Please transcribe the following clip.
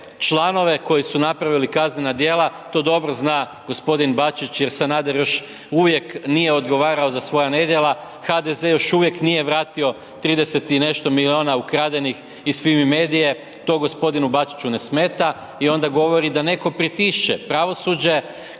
članove koji su napravili kaznena djela, to dobro zna g. Bačić jer Sanader još uvijek nije odgovarao za svoja nedjela, HDZ još uvijek nije vratio 30 i nešto milijuna ukradenih iz Fimi medije, to g. Bačiću ne smeta, i onda govori da neko pritišće pravosuđe